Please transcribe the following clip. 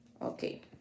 Okay